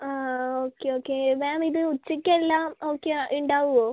അ okay okay ma'am ഇത് ഉച്ചക്കെല്ലാം ഒക്കെ ഉണ്ടാകുമോ